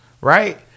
right